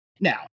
now